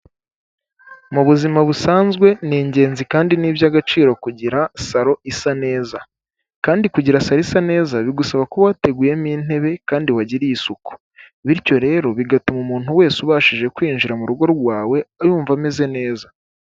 Mu buzima busanzwe ni ingenzi kandi ni iby'agaciro kugira salon isa neza kandi kugira salon isa neza bigusaba kuba wateguyemo intebe kandi wagiriye isuku, bityo rero bigatuma umuntu wese ubashije kwinjira mu rugo rwawe yumva ameze neza.